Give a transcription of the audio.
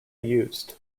used